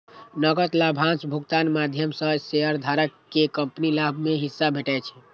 नकद लाभांश भुगतानक माध्यम सं शेयरधारक कें कंपनीक लाभ मे हिस्सा भेटै छै